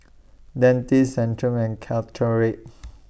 Dentiste Centrum and Caltrate